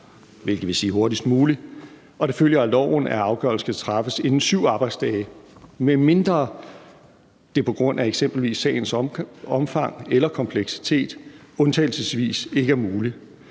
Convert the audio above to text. hvilket vil sige hurtigst muligt, og det følger af loven, at afgørelsen skal træffes inden 7 arbejdsdage, medmindre det på grund af eksempelvis sagens omfang eller kompleksitet undtagelsesvis ikke er muligt.